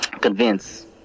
convince